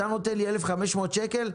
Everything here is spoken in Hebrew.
אתה נותן לי 1,500 שקל,